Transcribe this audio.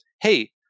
hey